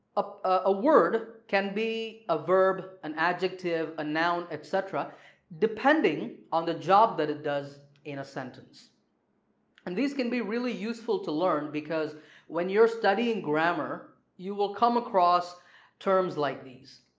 a a word can be a verb, an adjective, a noun etc depending on the job that it does in a sentence and these can be really useful to learn because when you're studying grammar you will come across terms like these,